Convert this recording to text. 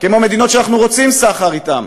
כמו מדינות שאנחנו רוצים סחר אתן,